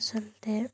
আচলতে